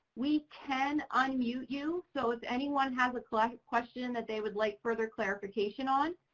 we can unmute you, so if anyone has a like question that they would like further clarification on,